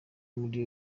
muri